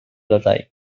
detall